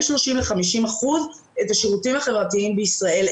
30% ל-50% את השירותים החברתיים בישראל.